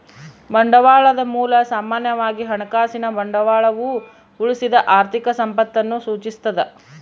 ಬಂಡವಾಳದ ಮೂಲ ಸಾಮಾನ್ಯವಾಗಿ ಹಣಕಾಸಿನ ಬಂಡವಾಳವು ಉಳಿಸಿದ ಆರ್ಥಿಕ ಸಂಪತ್ತನ್ನು ಸೂಚಿಸ್ತದ